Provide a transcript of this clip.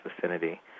vicinity